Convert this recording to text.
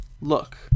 look